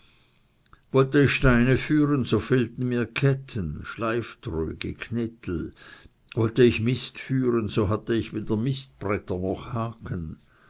steine führen so fehlten mir ketten schleiftröge knittel wollte ich mist führen so hatte ich weder mistbretter noch haken